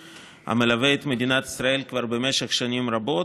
המלווים את מדינת ישראל כבר במשך שנים רבות,